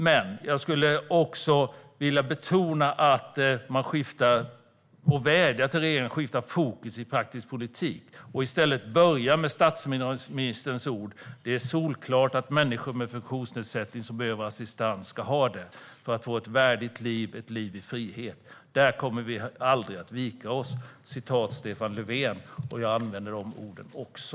Men jag skulle vilja vädja till regeringen att man skiftar fokus i praktisk politik och i stället börjar med statsministerns ord: "Det är solklart att människor med funktionsnedsättning som behöver assistans ska ha det - för att få ett värdigt liv, ett liv i frihet. Där kommer vi inte att vika oss." Det är ett citat av Stefan Löfven. Jag använder de orden också.